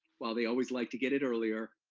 while they always like to get it earlier,